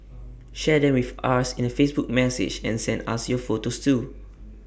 share them with us in A Facebook message and send us your photos too